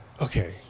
Okay